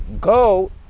Go